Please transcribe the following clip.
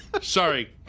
Sorry